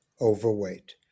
overweight